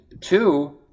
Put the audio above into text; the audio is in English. two